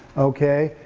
okay,